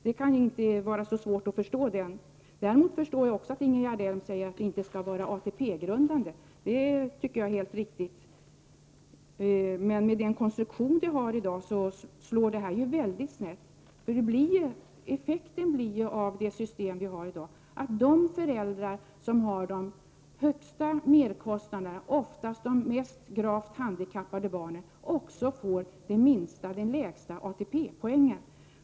Däremot är det helt riktigt, som Ingegerd Elm säger, att ersättningen inte skall vara ATP-grundande. Men systemet slår snett med den konstruktion det har i dag. Effekten blir att de föräldrar som har de högsta merkostnaderna och de mest gravt handikappade barnen också får den lägsta ATP-poängen.